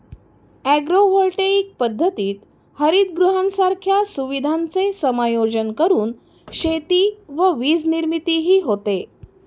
agrovoltaic पद्धतीत हरितगृहांसारख्या सुविधांचे समायोजन करून शेती व वीजनिर्मितीही होते